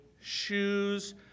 shoes